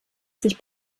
sich